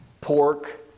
pork